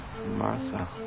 Martha